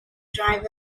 driver